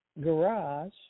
garage